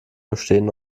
bestehen